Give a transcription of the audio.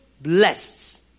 blessed